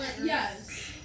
Yes